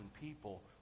people